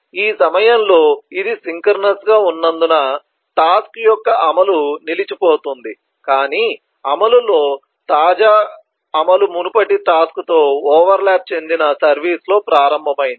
ఈ సమయంలో ఇది సింక్రోనస్ గా ఉన్నందున టాస్క్ యొక్క అమలు నిలిచిపోతుంది కానీ అమలులో తాజా అమలు మునుపటి టాస్క్ తో ఓవర్ ల్యాప్ చెందిన సర్వీస్ లో ప్రారంభమైంది